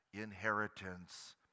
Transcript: inheritance